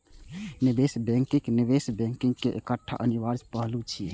निवेश बैंकिंग निवेश बैंक केर एकटा अनिवार्य पहलू छियै